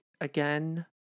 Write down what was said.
again